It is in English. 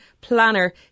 Planner